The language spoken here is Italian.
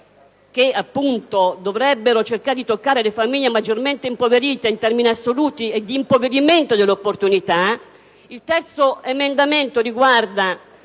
che dovrebbero cercare di aiutare le famiglie maggiormente impoverite in termini assoluti e di impoverimento delle opportunità.